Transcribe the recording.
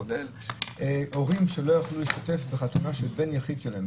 כולל הורים שלא יכלו להשתתף בחתונה של בן יחיד שלהם.